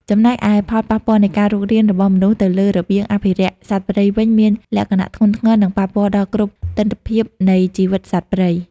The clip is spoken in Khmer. ចំណែកឯផលប៉ះពាល់នៃការរុករានរបស់មនុស្សទៅលើរបៀងអភិរក្សសត្វព្រៃវិញមានលក្ខណៈធ្ងន់ធ្ងរ និងប៉ះពាល់ដល់គ្រប់ទិដ្ឋភាពនៃជីវិតសត្វព្រៃ។